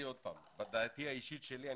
דעתי האישית שלי,